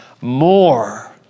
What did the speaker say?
More